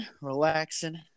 relaxing